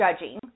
judging